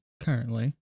currently